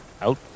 out